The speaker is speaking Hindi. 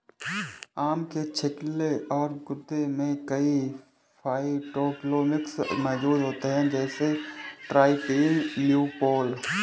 आम के छिलके और गूदे में कई फाइटोकेमिकल्स मौजूद होते हैं, जैसे ट्राइटरपीन, ल्यूपोल